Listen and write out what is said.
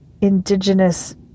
indigenous